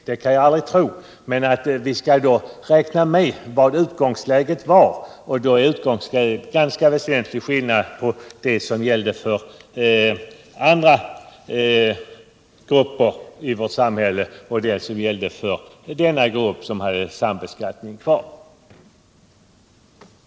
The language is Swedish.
Gör man jämförelsen måste vi även se på utgångsläget. Det är en väsentlig skillnad mellan dem som haft särbeskattning sedan 1971 och den grupp som haft sambeskattningen kvar till 1976.